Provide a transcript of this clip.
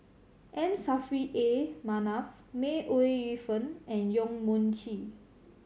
M Saffri A Manaf May Ooi Yu Fen and Yong Mun Chee